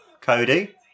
Cody